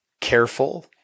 careful